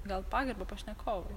gal pagarba pašnekovui